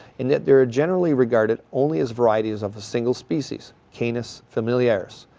and yet they're ah generally regarded only as varieties of a single species canis familiarus.